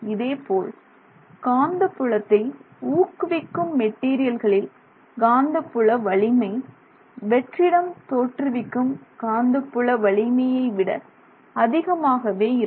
இதேபோல் காந்த புலத்தை ஊக்குவிக்கும் மெட்டீரியல்களில் காந்தப்புல வலிமை வெற்றிடம் தோற்றுவிக்கும் காந்த புல வலிமையை விட அதிகமாகவே இருக்கும்